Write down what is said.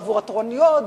בעבור התורניות,